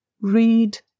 read